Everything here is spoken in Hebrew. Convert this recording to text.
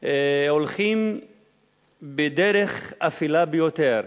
הולכים בדרך אפלה ביותר.